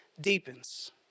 deepens